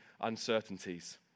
uncertainties